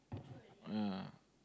yeah